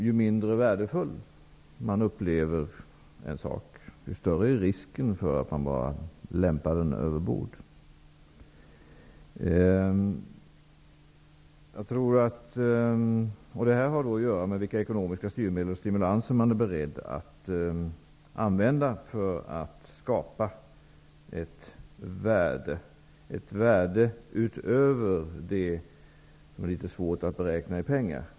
Ju mindre värdefull man upplever en sak, desto större är risken att man bara lämpar den över bord. Detta har att göra med vilka ekonomiska styrmedel och stimulanser vi är beredda att använda för att skapa ett värde utöver det som går att beräkna i pengar.